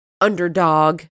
underdog